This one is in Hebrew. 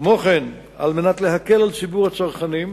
כמו כן, על מנת להקל על ציבור הצרכנים,